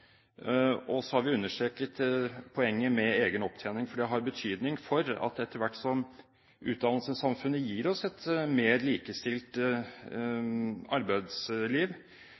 Og så har vi understreket poenget med egen opptjening, fordi det har betydning at etter hvert som utdannelsessamfunnet gir oss et mer likestilt arbeidsliv,